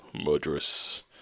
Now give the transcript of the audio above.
murderous